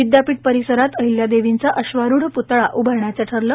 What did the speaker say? विद्यापीठ परिसरात अहिल्यादेवींचा अश्वारूढ प्तळा उभारण्याचे ठरले